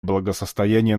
благосостояния